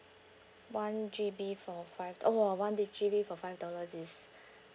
one G_B for five !wah! one G_B for five dollars is